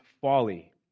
folly